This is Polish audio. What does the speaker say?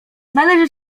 należy